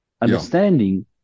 Understanding